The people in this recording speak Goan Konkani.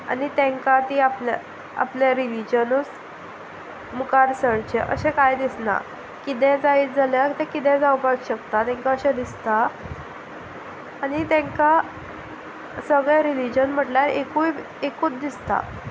आनी तांकां ती आपल्या आपले रिलीजनूच मुखार सरचें अशें कांय दिसना कितें जायत जाल्यार तें कितें जावपाक शकता तांकां अशें दिसता आनी तांकां सगळें रिलीजन म्हटल्यार एकूय एकूच दिसता